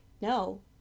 no